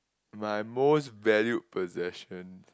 my most valued possession